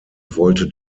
wollte